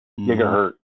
Gigahertz